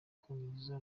bwongereza